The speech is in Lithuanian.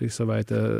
į savaitę